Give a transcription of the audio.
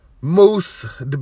Moose